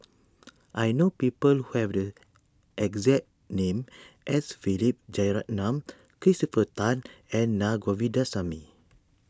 I know people who have the exact name as Philip Jeyaretnam Christopher Tan and Naa Govindasamy